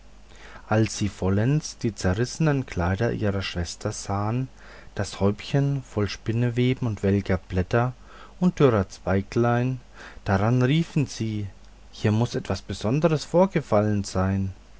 als sie vollends die zerrissenen kleider ihrer schwester sahen das häubchen voll spinnweb und welker blätter und dürre zweiglein daran riefen sie hier muß etwas besonderes vorgefallen sein